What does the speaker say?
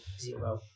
Zero